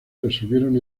resolvieron